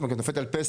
כי אם זה נופל על פסח.